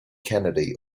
kennedy